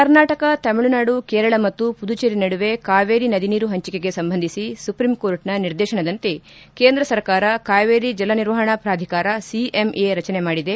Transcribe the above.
ಕರ್ನಾಟಕ ತಮಿಳುನಾಡು ಕೇರಳ ಮತ್ತು ಪುದುಚೆರಿ ನಡುವೆ ಕಾವೇರಿ ನದಿ ನೀರು ಹಂಚಿಕೆಗೆ ಸಂಬಂಧಿಸಿ ಸುಪ್ರೀಂಕೋರ್ಟ್ನ ನಿರ್ದೇಶನದಂತೆ ಕೇಂದ್ರ ಸರ್ಕಾರ ಕಾವೇರಿ ಜಲ ನಿರ್ವಹಣಾ ಪ್ರಾಧಿಕಾರ ಸಿಎಂಎ ರಚನೆ ಮಾಡಿದೆ